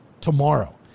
tomorrow